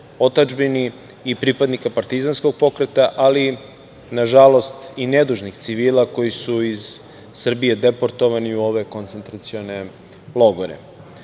otadžbini i pripadnika partizanskog pokreta, ali nažalost i nedužnih civila koji su iz Srbije deportovani u ove koncentracione